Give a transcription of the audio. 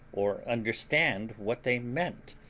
or understand what they meant,